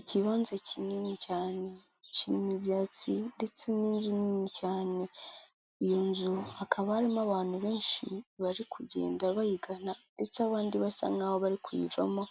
Ikibanza kinini cyane kirimo ibyatsi ndetse n'inzu nini cyane. Iyo nzu hakaba harimo abantu benshi bari kugenda bayigana ndetse abandi basa nk'aho bari kuyivamo